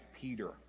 Peter